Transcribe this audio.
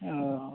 औ